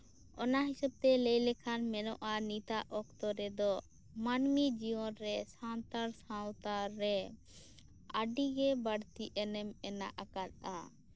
ᱚᱱᱟ ᱦᱤᱥᱟᱹᱵᱽ ᱛᱮ ᱞᱟᱹᱭ ᱞᱮᱠᱷᱟᱱ ᱢᱮᱱᱚᱜᱼᱟ ᱱᱤᱛᱚᱟᱜ ᱚᱠᱛᱚ ᱨᱮᱫᱚ ᱢᱟᱹᱱᱢᱤ ᱡᱤᱭᱚᱱᱨᱮ ᱥᱟᱱᱛᱟᱲ ᱥᱟᱶᱛᱟ ᱨᱮ ᱟᱹᱰᱤᱜᱮ ᱵᱟᱹᱲᱛᱤ ᱮᱱᱮᱢ ᱢᱮᱱᱟᱜ ᱟᱠᱟᱫᱟ